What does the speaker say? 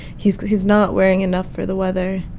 he's he's not wearing enough for the weather.